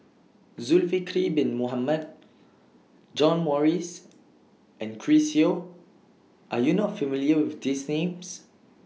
Zulkifli Bin Mohamed John Morrice and Chris Yeo Are YOU not familiar with These Names